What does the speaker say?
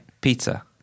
Pizza